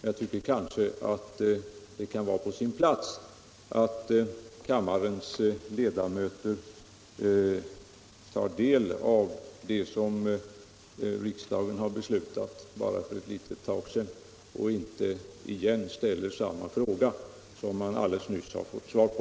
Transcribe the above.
Jag tycker att det kanske kan vara på sin plats att kammarens ledamöter tar del av det som riksdagen har beslutat bara för ett litet tag sedan och inte igen ställer samma fråga som man nyligen har fått svar på.